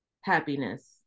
happiness